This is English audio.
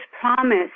promise